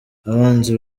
abanzi